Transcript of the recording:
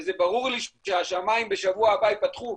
וזה ברור לי שהשמיים בשבוע הבא ייפתחו.